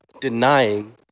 denying